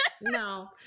no